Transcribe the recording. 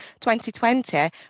2020